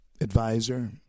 advisor